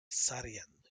saarinen